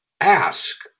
ask